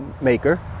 maker